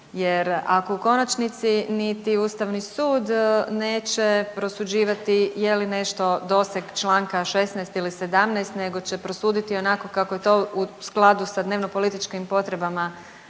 Jer ako u konačnici niti Ustavni sud neće prosuđivati je li nešto doseg čl.16. ili 17. nego će prosuditi onako kako je to u skladu sa dnevno političkim potrebama